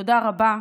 תודה רבה ובהצלחה.